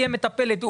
תהיה מטפלת,